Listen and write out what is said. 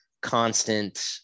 constant –